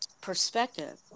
perspective